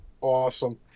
Awesome